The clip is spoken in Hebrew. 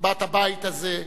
בת הבית הזה,